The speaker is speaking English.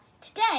Today